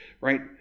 right